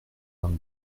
vingt